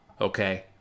okay